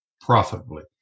profitably